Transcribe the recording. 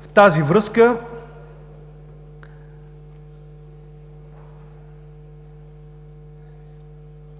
В тази връзка,